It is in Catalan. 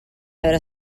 veure